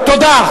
תודה,